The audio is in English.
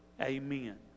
Amen